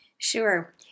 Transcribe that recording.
Sure